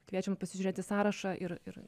kviečiame pasižiūrėt į sąrašą ir ir